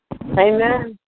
Amen